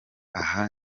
aha